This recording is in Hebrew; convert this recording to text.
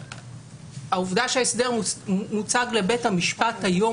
והעובדה שההסדר מוצג לבית המשפט היום